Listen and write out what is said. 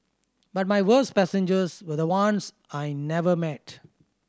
but my worst passengers were the ones I never met